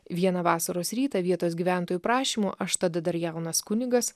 vieną vasaros rytą vietos gyventojų prašymu aš tada dar jaunas kunigas